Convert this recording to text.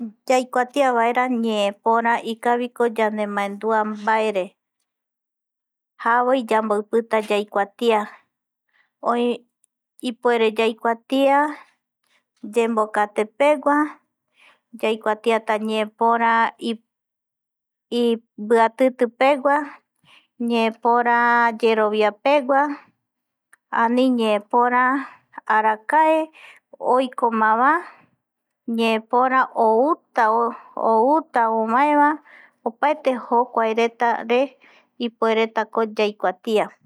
Yaikuatiavaera ñeepora ikaviko yanembaedua mbaere. javoy yamboipita yaikuatia ipuere yaikuatia yembokatepegua, yaikuatiata ñeepora ipiatitipegua ñeepöra, yeroviapegua ani ñeepora arakae oikoma navae ñeepora opaete jokuaretare ikaviko yaikuatia.